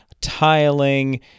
tiling